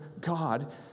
God